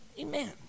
Amen